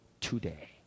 today